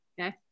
okay